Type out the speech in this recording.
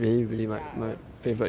ya it was really really good